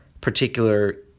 particular